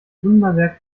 wunderwerk